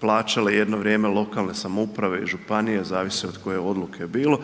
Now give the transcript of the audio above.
plaćale jedno vrijeme lokalne samouprave i županije, zavisi od koje odluke je bilo,